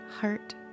heart